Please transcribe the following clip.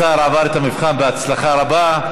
השר עבר את המבחן בהצלחה רבה.